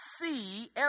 see